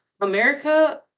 America